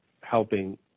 helping